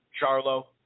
Charlo